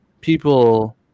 people